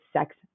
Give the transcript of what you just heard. sex